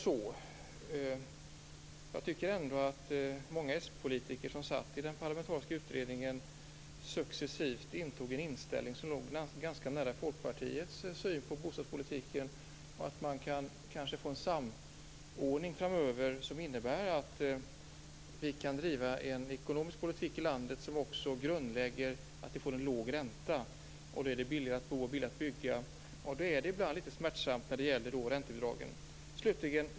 Många socialdemokratiska politiker som satt i den parlamentariska utredning intog successivt en inställning som låg ganska nära Folkpartiets syn på bostadspolitiken. Vi kan kanske få en samordning framöver som innebär att vi kan driva en ekonomisk politik i landet som också grundlägger att vi får en låg ränta. Då är det billigare att bo och billigare att bygga. Då är det ibland litet smärtsamt när det gäller räntebidragen.